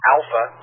Alpha